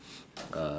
uh